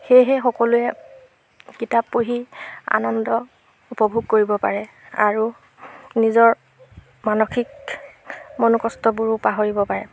সেয়েহে সকলোৱে কিতাপ পঢ়ি আনন্দ উপভোগ কৰিব পাৰে আৰু নিজৰ মানসিক মনোকষ্টবোৰো পাহৰিব পাৰে